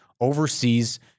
overseas